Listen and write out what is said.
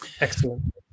Excellent